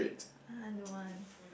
ah I don't want